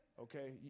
Okay